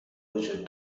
وجود